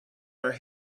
are